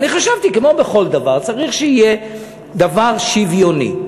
אני חשבתי, כמו בכל דבר, שצריך שיהיה דבר שוויוני.